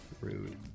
Rude